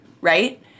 Right